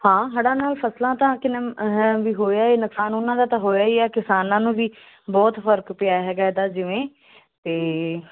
ਹਾਂ ਹੜਾਂ ਨਾਲ ਫਸਲਾਂ ਤਾਂ ਕਿ ਹੋਇਆ ਨੁਕਸਾਨ ਉਹਨਾਂ ਦਾ ਤਾਂ ਹੋਇਆ ਹੀ ਹੈ ਕਿਸਾਨਾਂ ਨੂੰ ਵੀ ਬਹੁਤ ਫਰਕ ਪਿਆ ਹੈਗਾ ਇਹਦਾ ਜਿਵੇਂ ਤਾਂ